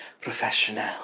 professional